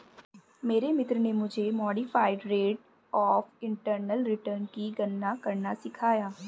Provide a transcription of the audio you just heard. मेरे मित्र ने मुझे modified rate of internal return की गणना करना सिखाया